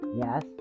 Yes